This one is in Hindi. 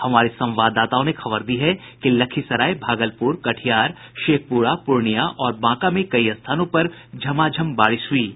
हमारे संवाददाताओं ने खबर दी है कि लखीसराय भागलपुर कटिहार शेखपुरा पूर्णिया और बांका में कई स्थानों पर झमाझम बारिश हई है